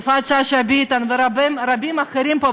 יפעת שאשא ביטון ורבים אחרים פה,